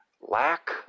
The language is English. lack